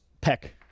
peck